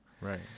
Right